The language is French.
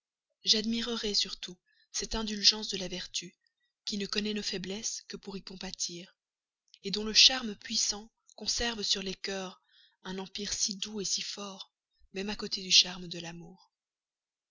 j'admirerai surtout cette indulgence de la vertu qui ne connaît nos faiblesses que pour y compatir dont le charme puissant conserve sur les cœurs un empire si doux si fort même à côté du charme de l'amour